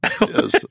yes